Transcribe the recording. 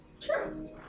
True